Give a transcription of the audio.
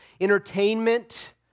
entertainment